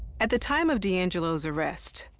at the time of deangelo's arrest,